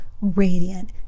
radiant